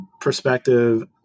perspective